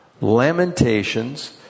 Lamentations